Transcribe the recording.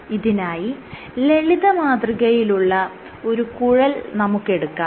ഇതിനായി ലളിത മാതൃകയിലുള്ള ഒരു കുഴൽ നമുക്കെടുക്കാം